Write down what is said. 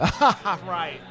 Right